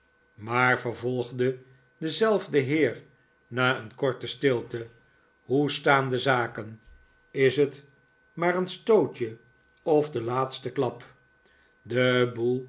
maar vervolgde dezelfde heer na een korte stilte hoe staan de zaken is het maar een stootje of de laatste klap de boel